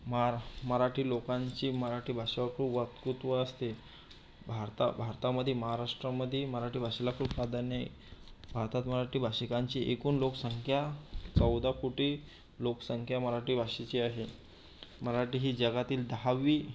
मरा मराठी लोकांची मराठी भाषावर खूप वक्तृत्व असते भारता भारतामध्ये महाराष्ट्रामध्ये मराठी भाषेला खूप प्राधान्य आहे भारतात मराठी भाषिकांची एकूण लोकसंख्या चौदा कोटी लोकसंख्या मराठी भाषेची आहे मराठी ही जगातील दहावी